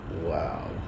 Wow